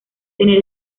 tener